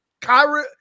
Kyra